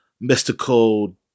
mystical